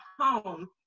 home